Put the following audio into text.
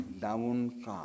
downcast